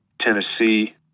Tennessee